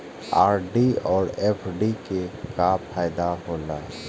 RD और FD के का फायदा हौला?